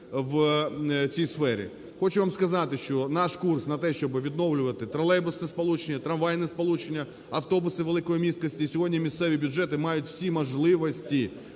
в цій сфері. Хочу вам сказати, що наш курс на те, щоби відновлювати тролейбусне сполучення, трамвайне сполучення, автобуси великої місткості. Сьогодні місцеві бюджети мають всі можливості